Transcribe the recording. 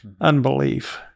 unbelief